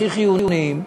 הכי חיוניים,